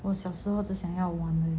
我小时候只想要玩而已